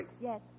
Yes